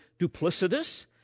duplicitous